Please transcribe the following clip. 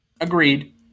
Agreed